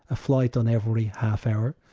a flight on every half-hour.